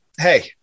hey